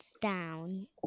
down